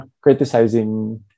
criticizing